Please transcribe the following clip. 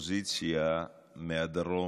לאופוזיציה מהדרום,